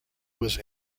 was